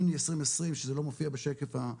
יוני 2020 שזה לא מופיע בשקף,